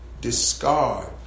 discard